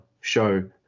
show